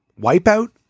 Wipeout